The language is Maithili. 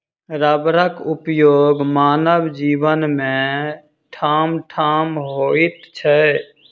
रबरक उपयोग मानव जीवन मे ठामठाम होइत छै